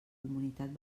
comunitat